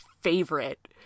favorite